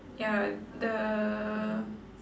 ya the